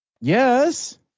yes